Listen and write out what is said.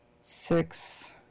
six